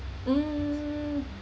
mm